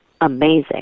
amazing